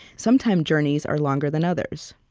some time journeys are longer than others.